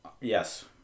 Yes